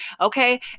okay